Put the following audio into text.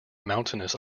mountainous